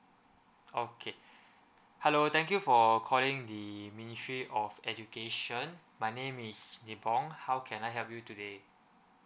okay hello thank you for calling the ministry of education my name is nipong how can I help you today